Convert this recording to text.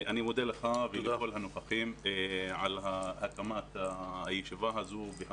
אני מודה לך ולכל הנוכחים על הישיבה הזו ועל